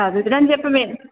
చదువుకుని అని చెప్పి మేం